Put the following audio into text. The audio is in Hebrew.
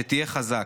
שתהיה חזק.